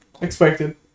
Expected